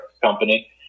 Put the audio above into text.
company